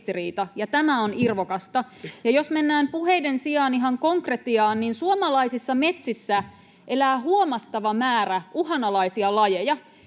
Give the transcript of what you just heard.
ja tämä on irvokasta. Jos mennään puheiden sijaan ihan konkretiaan, niin suomalaisissa metsissä elää huomattava määrä uhanalaisia lajeja.